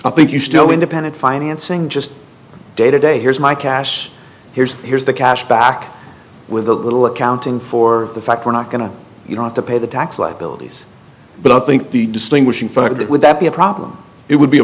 i think you still independent financing just day to day here's my cash here's here's the cash back with a little accounting for the fact we're not going to you don't have to pay the tax liabilities but i think the distinguishing factor that would that be a problem it would be a